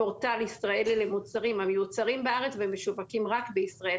פורטל ישראלי למוצרים המיוצרים בארץ ומשווקים רק בישראל.